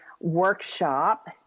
workshop